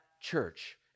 church